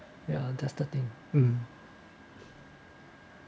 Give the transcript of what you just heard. ya that's the thing uh